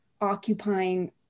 occupying